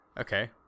Okay